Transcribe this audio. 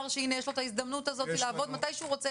שיש לו את ההזדמנות הזאת לעבוד מתי שהוא רוצה,